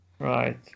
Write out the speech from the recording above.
Right